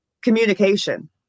communication